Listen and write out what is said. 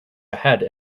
ahead